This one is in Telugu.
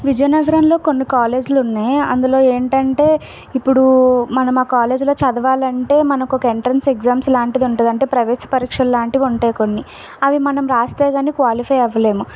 విజయనగరంలో కొన్ని కాలేజ్లు ఉన్నాయి అందులో ఏంటంటే ఇప్పుడు మనం ఆ కాలేజ్లో చదవాలంటే మనకి ఒక ఎంట్రెన్స్ ఎగ్జామ్స్ లాంటిది ఉంటుంది అంటే ప్రవేశ పరీక్షల్లాంటివి ఉంటాయి కొన్ని అవి మనం రాస్తే కానీ క్వాలిఫై అవ్వలేము